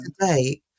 today